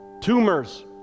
Tumors